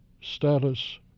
status